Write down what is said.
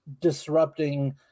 disrupting